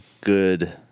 good